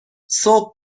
صبح